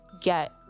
get